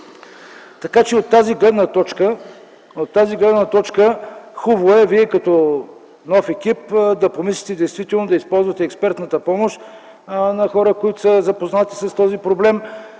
граждани. От тази гледна точка е хубаво вие, като нов екип, да помислите и да използвате експертната помощ на хора, които са запознати с този проблем.